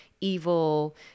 evil